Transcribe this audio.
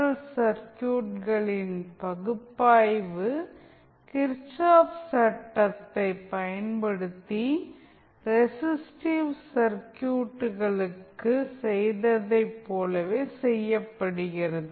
L சர்க்யூட்களின் பகுப்பாய்வு Kirchhoff சட்டத்தை kirchhoffs law பயன்படுத்தி ரெசிஸ்டிவ் சர்க்யூட்களுக்கு செய்ததைப் போலவே செய்யப்படுகிறது